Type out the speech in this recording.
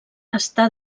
està